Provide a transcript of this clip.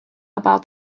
about